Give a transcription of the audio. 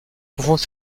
confondre